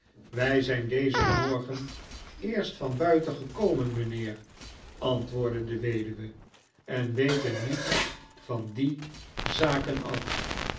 wij zijn dezen morgen eerst van buiten ekomen mijnheer antwoordde de weduwe en weten niets van die zaken af